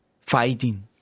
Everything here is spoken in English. fighting